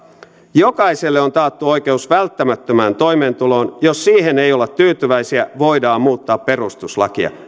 jokaiselle on taattu oikeus välttämättömään toimeentuloon jos siihen ei olla tyytyväisiä voidaan muuttaa perustuslakia